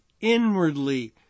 inwardly